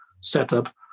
setup